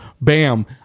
bam